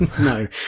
No